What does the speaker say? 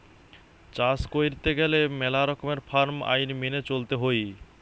চাষ কইরতে গেলে মেলা রকমের ফার্ম আইন মেনে চলতে হৈ